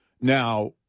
Now